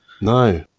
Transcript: No